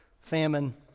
famine